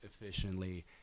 efficiently